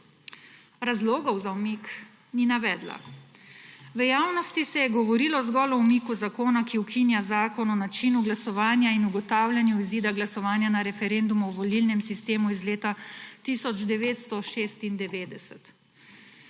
Razlogov za umik ni navedla. V javnosti se je govorilo zgolj o umiku zakona, ki ukinja Zakon o načinu glasovanja in ugotavljanju izida glasovanja na referendumu o volilnem sistemu iz leta 1996.